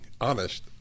honest